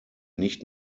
nicht